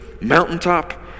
mountaintop